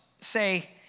say